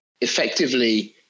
effectively